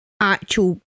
actual